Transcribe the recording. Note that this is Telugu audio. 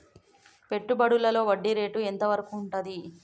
పెట్టుబడులలో వడ్డీ రేటు ఎంత వరకు ఉంటది?